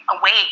awake